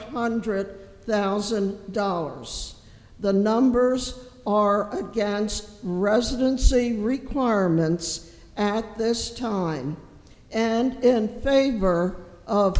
hundred thousand dollars the numbers are up against residency requirements at this time and in favor of